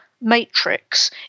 Matrix